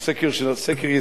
שהוא סקר יסודי,